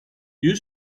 you